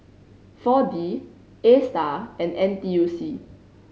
Four D Astar and N T U C